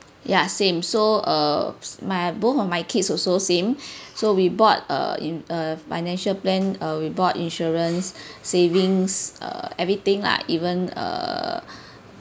ya same so uh my both of my kids also same so we bought a in a financial plan uh we bought insurance savings uh everything lah even err